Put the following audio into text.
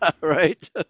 right